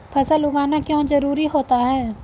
फसल उगाना क्यों जरूरी होता है?